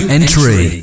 Entry